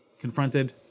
confronted